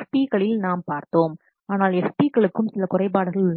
FP களில் நாம் பார்த்தோம் ஆனால் FP களுக்கும் சில குறைபாடுகள் உள்ளன